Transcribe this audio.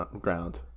ground